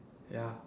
ya